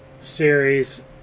series